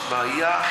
יש בעיה.